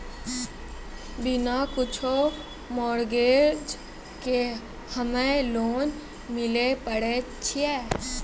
बिना कुछो मॉर्गेज के हम्मय लोन लिये पारे छियै?